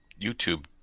YouTube